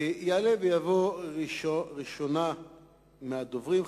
תעלה ותבוא הראשונה מהדוברים,